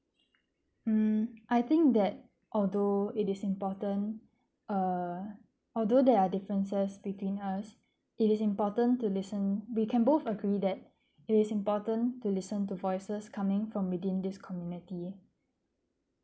mm I think that although it is important err although there are differences between us it is important to listen we can both agree that it is important to listen to voices coming from within this community